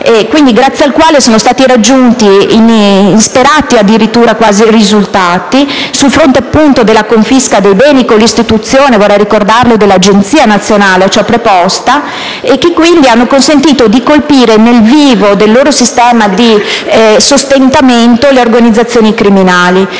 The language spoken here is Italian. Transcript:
Grazie a lui sono stati raggiunti risultati addirittura insperati sul fronte della confisca dei beni, con l'istituzione - lo ricordo - dell'agenzia nazionale a ciò preposta, che hanno consentito di colpire nel vivo del loro sistema di sostentamento le organizzazioni criminali.